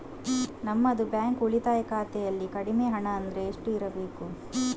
ನಮ್ಮದು ಬ್ಯಾಂಕ್ ಉಳಿತಾಯ ಖಾತೆಯಲ್ಲಿ ಕಡಿಮೆ ಹಣ ಅಂದ್ರೆ ಎಷ್ಟು ಇರಬೇಕು?